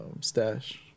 stash